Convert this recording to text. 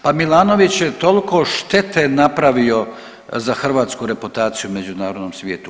Pa Milanović je toliko štete napravio za hrvatsku reputaciju u međunarodnom svijetu.